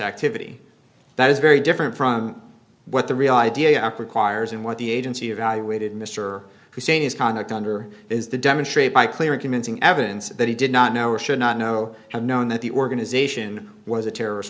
activity that is very different from what the real idea for choirs and what the agency evaluated mr hussein is conduct under is the demonstrate by clear and convincing evidence that he did not know or should not know have known that the organization was a terrorist